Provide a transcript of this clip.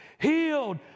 healed